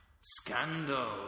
Scandal